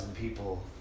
people